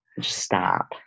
Stop